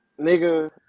nigga